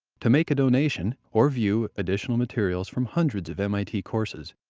to make a donation or view additional materials from hundreds of mit courses,